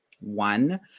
One